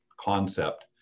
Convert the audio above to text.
Concept